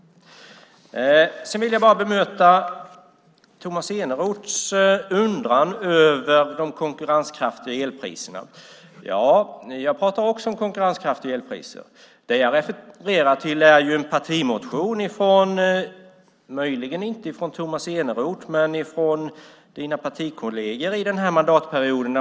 Jag vill bemöta Tomas Eneroths undran över de konkurrenskraftiga elpriserna. Ja, jag pratar också om konkurrenskraftiga elpriser. Det jag refererar till är en partimotion, möjligen inte från Tomas Eneroth, men från hans partikolleger denna mandatperiod.